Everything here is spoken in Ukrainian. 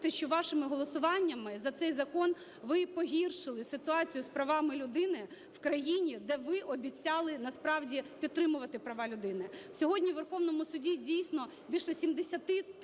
що вашими голосуваннями за цей закон ви і погіршили ситуацію з правами людини в країні, де ви обіцяли насправді підтримувати права людини. Сьогодні у Верховному Суді дійсно більше 70 тисяч